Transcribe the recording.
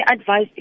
advice